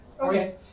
Okay